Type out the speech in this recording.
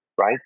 right